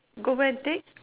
go where and take